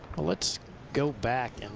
let's go back and